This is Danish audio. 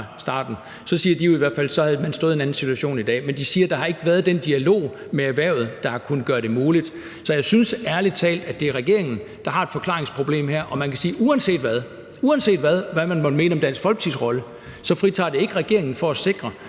det siger de jo i hvert fald. Men de siger, at der ikke har været den dialog med erhvervet, der har kunnet gøre det muligt. Så jeg synes ærlig talt, at det er regeringen, der har et forklaringsproblem her. Og man kan sige, at uanset hvad, at uanset hvad man måtte mene om Dansk Folkepartis rolle, så fritager det ikke regeringen for at sikre,